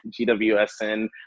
GWSN